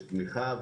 יש תמיכה.